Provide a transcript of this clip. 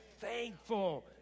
thankful